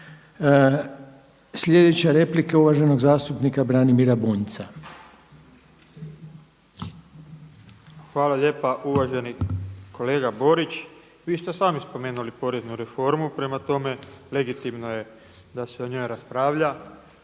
Sljedeća replika uvaženog zastupnika Branimira Bunjca. **Bunjac, Branimir (Živi zid)** Hvala lijepa. Uvaženi kolega Borić. Vi ste sami spomenuli poreznu reformu prema tome legitimno je da se o njoj raspravlja,